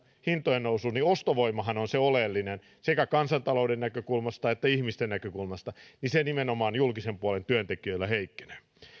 hintojen nousu niin ostovoimahan on se oleellinen sekä kansantalouden näkökulmasta että ihmisten näkökulmasta ja se nimenomaan julkisen puolen työntekijöillä heikkenee